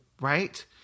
right